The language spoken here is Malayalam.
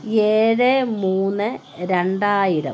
ഏഴ് മൂന്ന് രണ്ടായിരം